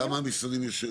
כמה משרדים יש?